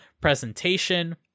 presentation